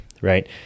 Right